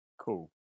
Cool